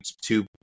two